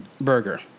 burger